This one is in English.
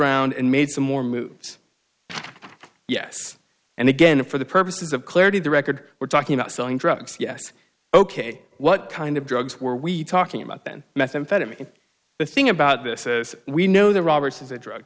around and made some more movies yes and again for the purposes of clarity the record we're talking about selling drugs yes ok what kind of drugs were we talking about then methamphetamine the thing about this is we know the robbers is a drug